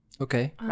Okay